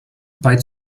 bei